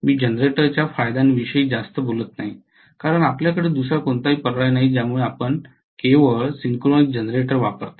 मी जनरेटरच्या फायद्यांविषयी जास्त बोलत नाही कारण आपल्याकडे दुसरा कोणताही पर्याय नाही ज्यामुळे आपण केवळ सिंक्रोनस जनरेटर वापरता